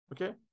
okay